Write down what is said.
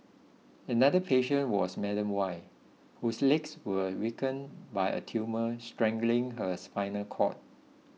another patient was Madam Y whose legs were weakened by a tumour strangling her spinal cord